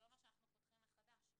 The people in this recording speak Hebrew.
זה לא אומר שאנחנו פותחים מחדש.